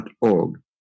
.org